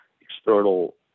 external